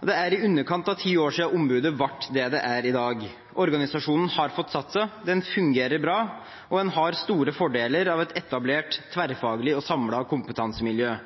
Det er i underkant av ti år siden ombudet ble det det er i dag. Organisasjonen har fått satt seg, den fungerer bra, og en har store fordeler av et etablert, tverrfaglig og samlet kompetansemiljø.